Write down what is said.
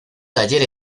taller